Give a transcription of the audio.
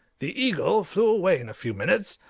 the eagle flew away in a few minutes,